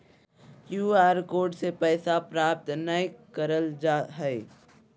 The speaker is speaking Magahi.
क्यू आर कोड से पैसा प्राप्त नयय करल जा हइ